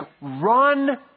run